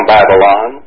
Babylon